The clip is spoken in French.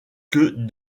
que